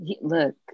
Look